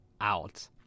out